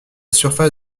surface